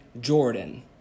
Jordan